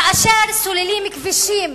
כאשר סוללים כבישים